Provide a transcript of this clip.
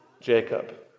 Jacob